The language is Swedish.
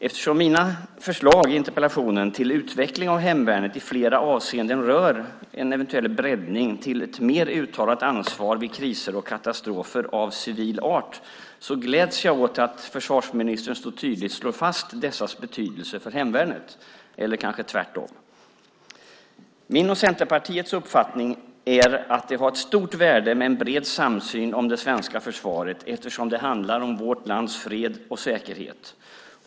Eftersom mina förslag till utveckling av hemvärnet i flera avseenden rör en eventuell breddning till ett mer uttalat ansvar vid kriser och katastrofer av civil art gläds jag åt att försvarsministern så tydligt slår fast deras betydelse för hemvärnet - eller kanske tvärtom. Min och Centerpartiets uppfattning är att en bred samsyn om det svenska försvaret är av stort värde eftersom det handlar om vårt lands fred och säkerhet.